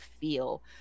feel